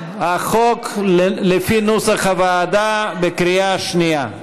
החוק לפי נוסח הוועדה בקריאה שנייה.